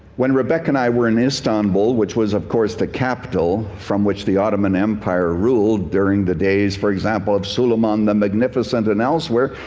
when rebecca and i were in istanbul, which was, of course, the capital from which the ottoman empire ruled during the days, for example, of suleiman the magnificent, and elsewhere,